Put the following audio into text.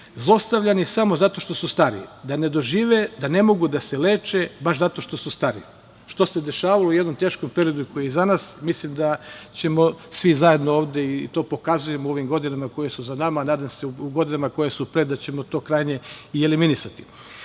zlostavljani samo zato što su stari, da ne dožive da ne mogu da se leče baš zato što su stari, što se dešavalo u jednom teškom periodu koji je iza nas. Mislim da ćemo svi zajedno ovde i to pokazujemo u ovim godinama koje su za nama, nadam se u godinama koje su pred nama da ćemo to krajnje i eliminisati. Srbija